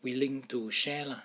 willing to share lah